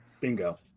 Bingo